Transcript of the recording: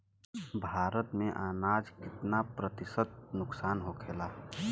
भारत में अनाज कितना प्रतिशत नुकसान होखेला?